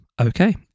Okay